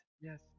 Yes